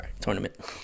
tournament